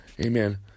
Amen